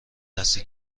دستی